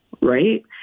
right